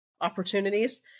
opportunities